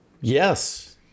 Yes